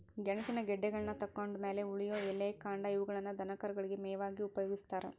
ಗೆಣಸಿನ ಗೆಡ್ಡೆಗಳನ್ನತಕ್ಕೊಂಡ್ ಮ್ಯಾಲೆ ಉಳಿಯೋ ಎಲೆ, ಕಾಂಡ ಇವುಗಳನ್ನ ದನಕರುಗಳಿಗೆ ಮೇವಾಗಿ ಉಪಯೋಗಸ್ತಾರ